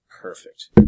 perfect